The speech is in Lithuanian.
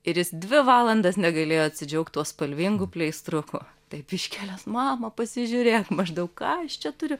ir jis dvi valandas negalėjo atsidžiaugt tuo spalvingu pleistruku taip iškėlęs mama pasižiūrėk maždaug ką aš čia turiu